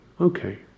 Okay